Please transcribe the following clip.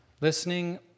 listening